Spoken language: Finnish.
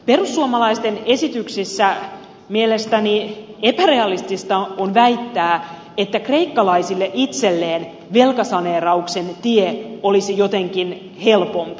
perussuomalaisten esityksissä mielestäni epärealistista on väittää että kreikkalaisille itselleen velkasaneerauksen tie olisi jotenkin helpompi